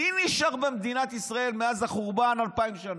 מי נשאר במדינת ישראל מאז החורבן אלפיים שנה?